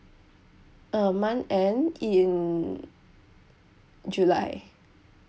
uh month end in july